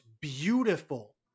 beautiful